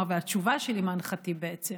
והתשובה של אימאן ח'טיב בעצם: